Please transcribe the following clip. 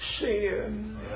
sin